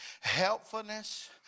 helpfulness